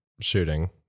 shooting